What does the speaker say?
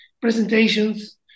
presentations